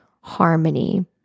harmony